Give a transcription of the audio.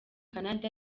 canada